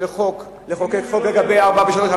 לחוקק חוק לגבי 443,